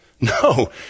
No